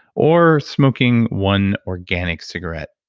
or smoking one organic cigarette,